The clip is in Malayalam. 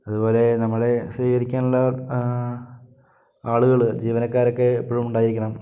അതുപോലെ നമ്മളെ സ്വീകരിക്കാനുള്ള ആളുകള് ജീവനക്കാരൊക്കെ എപ്പോഴും ഉണ്ടായിരിക്കണം